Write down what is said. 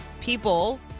people